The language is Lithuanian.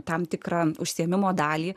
tam tikra užsiėmimo dalį